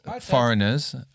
foreigners